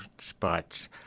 spots